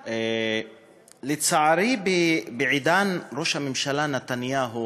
לצערי, בעידן ראש הממשלה נתניהו